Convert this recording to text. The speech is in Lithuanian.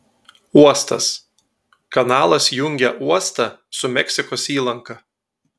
uostas kanalas jungia uostą su meksikos įlanka